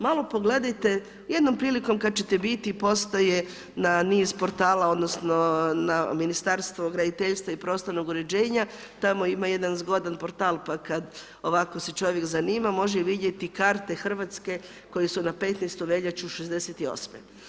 Malo pogledajte, jednom prilike kada ćete biti, postoje na niz portala, odnosno, na Ministarstvo graditeljstva i prostornog uređenja, tamo ima jedan zgodan portal, pa kada ovako se čovjek zanima, može vidjeti karte Hrvatske, koji su na 15. veljaču '68.